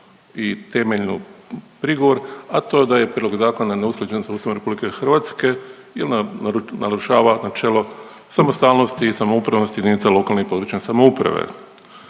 i temeljni prigovor, a to je da je prijedlog zakona neusklađen sa Ustavom Republike Hrvatske jer narušava načelo samostalnosti i samoupravnosti jedinice lokalne i područne samouprave.